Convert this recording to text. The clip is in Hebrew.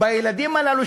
בילדים הללו,